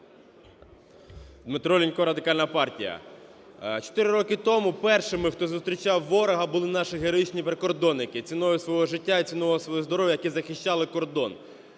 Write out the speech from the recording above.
Дмитро Лінько, Радикальна партія. Чотири роки тому першими, хто зустрічав ворога, були наші героїчні прикордонники, ціною свого життя і ціною свого здоров'я які захищали кордон.